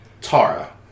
Tara